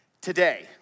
today